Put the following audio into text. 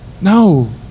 No